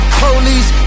police